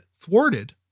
thwarted